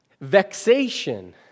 vexation